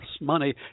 money